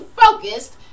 focused